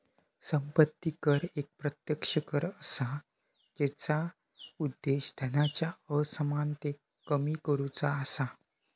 संपत्ती कर एक प्रत्यक्ष कर असा जेचा उद्देश धनाच्या असमानतेक कमी करुचा असा